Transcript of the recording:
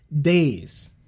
days